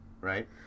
right